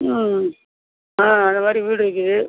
ம் ஆ அந்த மாதிரி வீடு இருக்குது